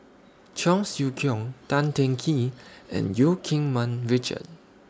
Cheong Siew Keong Tan Teng Kee and EU Keng Mun Richard